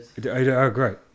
Great